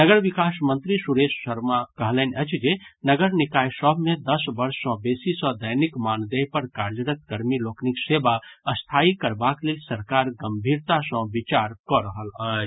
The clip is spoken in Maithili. नगर विकास मंत्री सुरेश कुमार शर्मा कहलनि अछि जे नगर निकाय सभ मे दस वर्ष सॅ बेसी सॅ दैनिक मानदेय पर कार्यरत कर्मी लोकनिक सेवा स्थायी करबाक लेल सरकार गंभीरता सॅ विचार कऽ रहल अछि